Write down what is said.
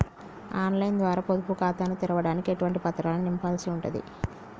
On line ద్వారా పొదుపు ఖాతాను తెరవడానికి ఎటువంటి పత్రాలను నింపాల్సి ఉంటది?